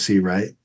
right